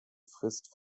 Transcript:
frist